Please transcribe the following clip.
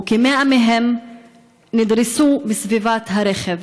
וכ-100 מהם נדרסו בסביבת הרכב.